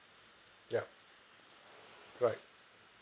ya right